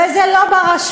וזה לא בר-השוואה,